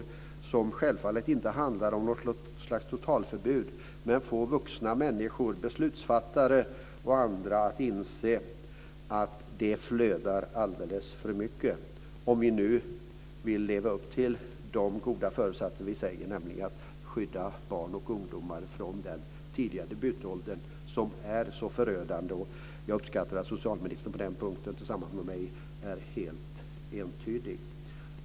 Det handlar självfallet inte om något totalförbud, men beslutsfattare och andra, vuxna människor, kan inse att det flödar alldeles för mycket. Vi har den goda föresatsen att skydda barn och ungdomar från en debut i tidig ålder, något som är så förödande. Jag uppskattar att socialministern liksom jag är helt entydig på den punkten.